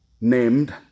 named